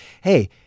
hey